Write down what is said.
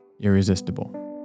irresistible